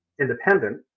independent